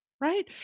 right